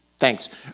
Thanks